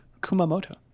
Kumamoto